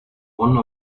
one